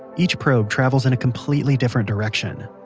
each probe travels in a completely different direction.